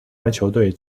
篮球队